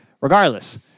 regardless